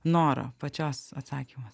nora pačios atsakymas